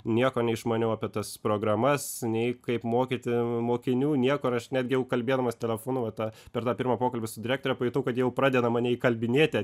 nieko neišmaniau apie tas programas nei kaip mokyti mokinių niekur aš netgi jau kalbėdamas telefonu va tą per tą pirmą pokalbį su direktore pajutau kad jau pradeda mane įkalbinėti